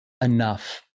enough